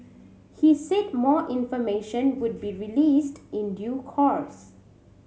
he said more information would be released in due course